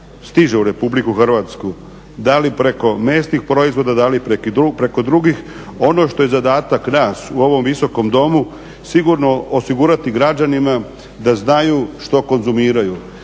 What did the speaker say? stiže u Republiku Hrvatsku, da li protiv mesnih proizvoda, da li preko drugih. Ono što je zadatak nas u ovom Visokom domu, sigurno osigurati građanima da znaju što konzumiraju.